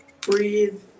Breathe